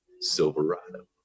Silverado